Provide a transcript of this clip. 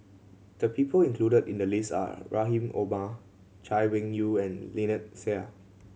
the people included in the list are Rahim Omar Chay Weng Yew and Lynnette Seah